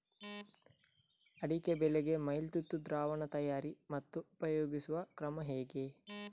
ಅಡಿಕೆ ಬೆಳೆಗೆ ಮೈಲುತುತ್ತು ದ್ರಾವಣ ತಯಾರಿ ಮತ್ತು ಉಪಯೋಗಿಸುವ ಕ್ರಮ ಹೇಗೆ?